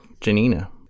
Janina